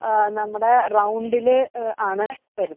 നമ്മുടെ റൗണ്ടിൽ ആണ് വരുന്നത്